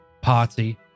party